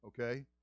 okay